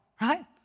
right